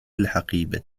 الحقيبة